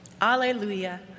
Alleluia